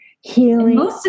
healing